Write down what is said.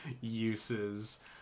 uses